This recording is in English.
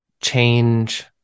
change